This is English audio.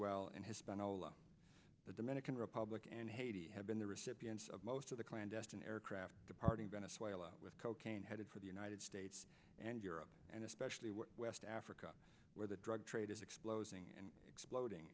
well and hispaniola the dominican republic and haiti have been the recipients of most of the clandestine aircraft departing venezuela with cocaine headed for the united states and europe and especially where west africa where the drug trade is exploding and exploding